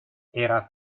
era